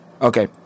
Okay